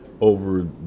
over